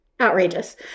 outrageous